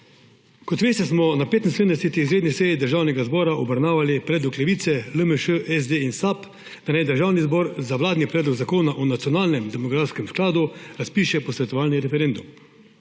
Kot veste, smo na 75. izredni seji Državnega zbora obravnavali predlog Levice, LMŠ, SD in SAB, da naj Državni zbor za vladni predlog zakona o nacionalnem demografskem skladu razpiše posvetovalni referendum.